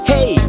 Hey